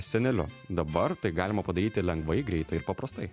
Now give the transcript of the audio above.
seneliu dabar tai galima padaryti lengvai greitai ir paprastai